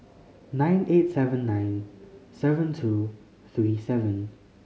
nine eight seven nine seven two three seven